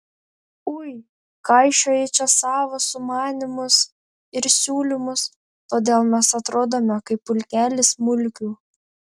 ui kaišioji čia savo sumanymus ir siūlymus todėl mes atrodome kaip pulkelis mulkių